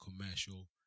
commercial